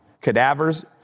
cadavers